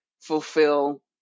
fulfill